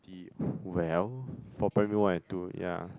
well for primary one and two ya